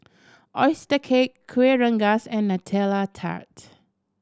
oyster cake Kuih Rengas and Nutella Tart